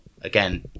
again